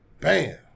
Bam